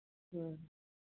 ह्म्म